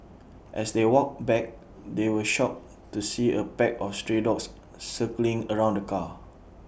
as they walked back they were shocked to see A pack of stray dogs circling around the car